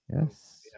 yes